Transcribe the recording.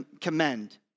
commend